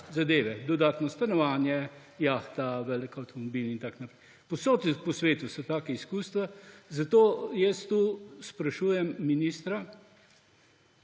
zadeve – dodatno stanovanje, jahta, velik avtomobil in tako naprej. Povsod po svetu so taka izkustva, zato jaz tu sprašujem ministra